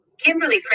Kimberly